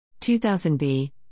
2000b